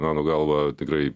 mano galva tikrai